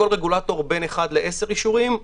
לכל רגולטור יש בין אחד לעשרה אישורים,